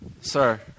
Sir